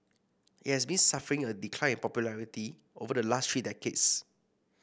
it has been suffering a decline in popularity over the last three decades